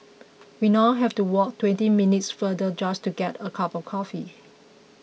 we now have to walk twenty minutes further just to get a cup of coffee